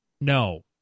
no